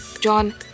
John